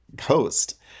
host